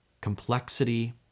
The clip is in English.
complexity